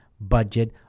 budget